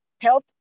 health